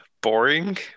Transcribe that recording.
boring